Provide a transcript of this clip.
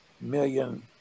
million